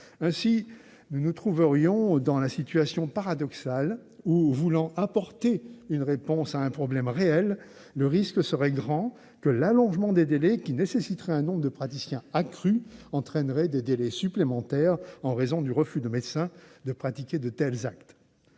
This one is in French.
Nous nous trouverions ainsi dans une situation paradoxale. Alors que l'idée est d'apporter une réponse à un problème réel, le risque serait grand que l'allongement des délais, qui nécessiterait un nombre de praticiens accru, entraîne des délais supplémentaires en raison du refus de médecins de pratiquer de tels actes.